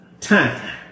time